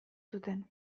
zuten